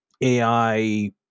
AI